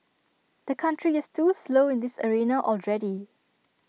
the country is too slow in this arena already